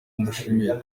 amushimira